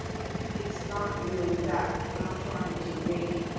it's not really that. we're not trying to make